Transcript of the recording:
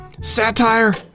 satire